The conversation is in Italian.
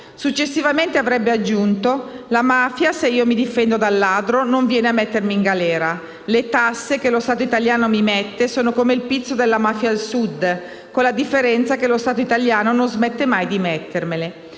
Successivamente avrebbe aggiunto: «La mafia, se io mi difendo dal ladro, non viene a mettermi in galera (...) Le tasse che lo Stato italiano mi mette sono come il pizzo della mafia al Sud, con la differenza che lo Stato italiano non smette mai di mettermele».